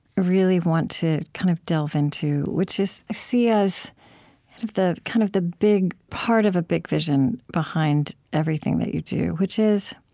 really want to kind of delve into, which i see as the kind of the big part of a big vision behind everything that you do, which is,